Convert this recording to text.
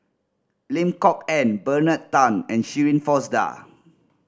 Lim Kok Ann Bernard Tan and Shirin Fozdar